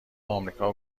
آمریکا